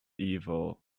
evil